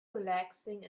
relaxing